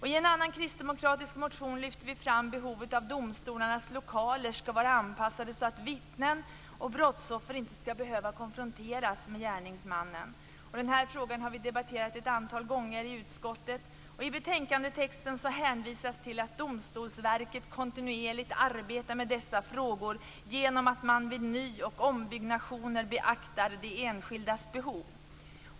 I en annan kristdemokratisk motion lyfter vi fram behovet av att domstolarnas lokaler ska vara anpassade så att vittnen och brottsoffer inte ska behöva konfronteras med gärningsmannen. Den här frågan har vi debatterat ett antal gånger i utskottet. I betänkandetexten hänvisas till att Domstolsverket kontinuerligt arbetar med dessa frågor genom att man vid ny och ombyggnationer beaktar de enskildas behov.